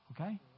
Okay